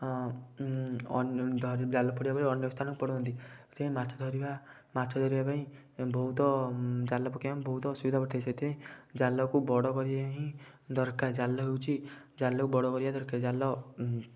ଜାଲ ପଡ଼ିବା ପରେ ଅନେକ ସ୍ଥାନକୁ ପଡ଼ନ୍ତି ସେ ମାଛ ଧରିବା ମାଛ ଧରିବା ପାଇଁ ବହୁତ ଜାଲ ପକେଇ ଆମେ ବହୁତ ଅସୁବିଧା ହେଇଥାଏ ସେଥିପାଇଁ ଜାଲକୁ ବଡ଼ କରିବା ହିଁ ଦରକାର ଜାଲ ହେଉଛି ଜାଲକୁ ବଡ଼ କରିବା ଦରକାର ଜାଲ